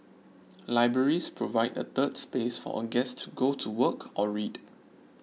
libraries provide a 'third space' for a guest to go to work or read